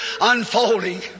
unfolding